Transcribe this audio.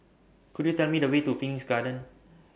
Could YOU Tell Me The Way to Phoenix Garden